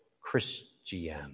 Christian